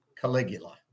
Caligula